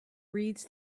reads